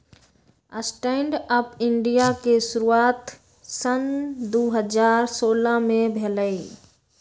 stand up India के शुरुआत सन दू हज़ार सोलह में भेलइ